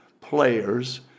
players